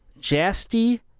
Jasty